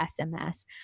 SMS